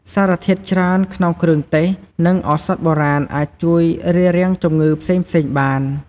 សារធាតុច្រើនក្នុងគ្រឿងទេស និងឱសថបុរាណអាចជួយរារាំងជម្ងឺផ្សេងៗបាន។